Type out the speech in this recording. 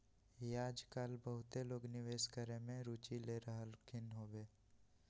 याजकाल बहुते लोग निवेश करेमे में रुचि ले रहलखिन्ह हबे